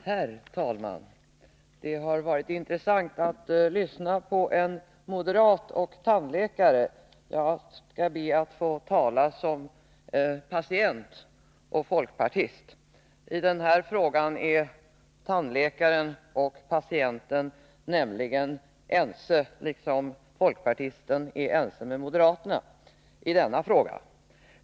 Herr talman! Det har varit intressant att lyssna på en som är både moderat och tandläkare. Jag skall be att få tala i egenskap av folkpartist och patient. I den här frågan är nämligen tandläkaren och patienten ense, liksom folkpartisten är överens med moderaterna.